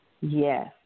Yes